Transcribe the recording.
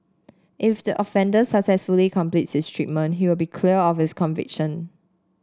if the offender successfully completes his treatment he will be cleared of his conviction